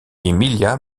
emilia